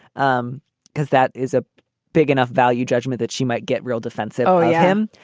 um because that is a big enough value judgment that she might get real defensive with him.